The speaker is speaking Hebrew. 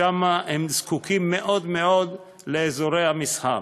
שם הם זקוקים מאוד מאוד לאזורי מסחר,